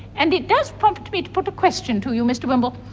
and it does prompt me to put a question to you mr wimble,